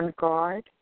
guard